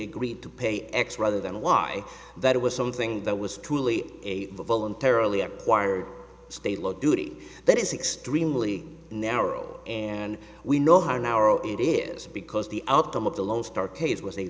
agreed to pay x rather than y that it was something that was truly a voluntarily acquired state low duty that is extremely narrow and we know how narrow it is because the outcome of the lone star case was a